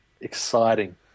exciting